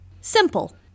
Simple